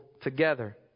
together